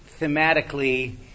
thematically